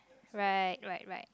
right right right